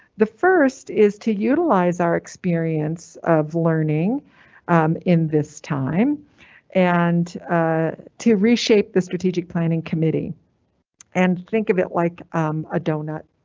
the first is to utilize our experience of learning in this time and ah to reshape the strategic planning committee and think of it like a donut.